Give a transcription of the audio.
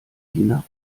hinab